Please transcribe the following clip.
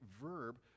verb